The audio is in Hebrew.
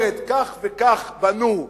אומרת: כך וכך בנו,